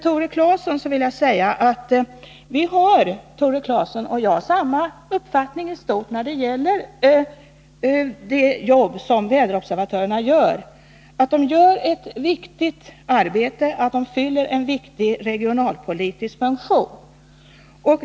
Tore Claeson och jag har samma uppfattning i stort när det gäller att väderobservatörerna gör ett viktigt arbete och fyller en viktig regionalpolitisk funktion.